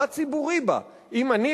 מה ציבורי בה אם אני,